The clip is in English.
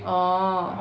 orh